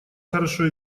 хорошо